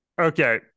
Okay